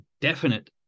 definite